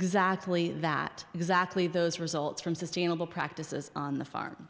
exactly that exactly those results from sustainable practices on the farm